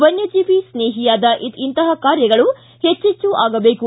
ವನ್ನಜೀವಿ ಸ್ನೇಹಿಯಾದ ಇಂತಹ ಕಾರ್ಯಗಳು ಹೆಚ್ಚು ಆಗಬೇಕು